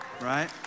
right